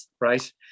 right